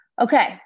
Okay